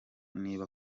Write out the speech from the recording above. niba